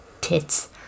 tits